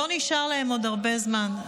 לא נשאר להם עוד הרבה זמן.